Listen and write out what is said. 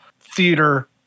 theater